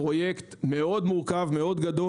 הפרויקט מאוד גדול ומורכב,